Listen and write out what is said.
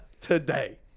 today